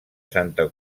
santa